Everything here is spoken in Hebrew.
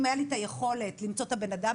אם היה לי את היכולת למצוא את הבן אדם,